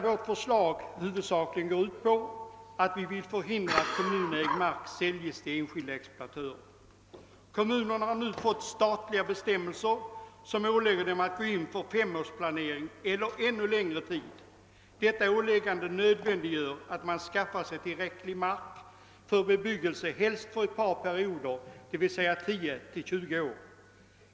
Vårt förslag går huvudsakligen ut på att åtgärder skall vidtas i syfte att förhindra att kommunägd mark säljes till enskilda exploatörer. Kommunerna har nu genom statliga bestämmelser ålagts att gå in för en femårsplanering, eller ännu längre planering. Detta åläggande nödvändiggör att kommunerna skaffar sig tillräckligt med mark för bebyggelse, helst för ett par perioder, d.v.s. 10—20 år.